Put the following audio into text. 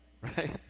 right